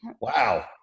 Wow